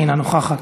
אינה נוכחת.